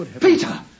Peter